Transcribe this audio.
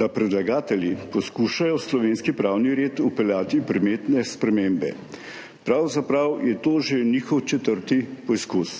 da predlagatelji poskušajo v slovenski pravni red vpeljati predmetne spremembe, pravzaprav je to že njihov četrti poskus.